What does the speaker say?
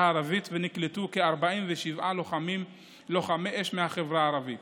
הערבית ונקלטו כ-47 לוחמי אש מהחברה הערבית.